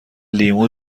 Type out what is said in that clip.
لیمو